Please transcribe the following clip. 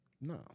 no